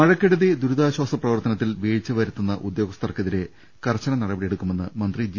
മഴക്കെടുതി ദുരിതാശ്ചാസ പ്രവർത്തനത്തിൽ വീഴ്ച വരു ത്തുന്ന ഉദ്യോഗസ്ഥർക്കെതിരെ കർശന നടപടിയെടുക്കു മെന്ന് മന്ത്രി ജി